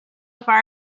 far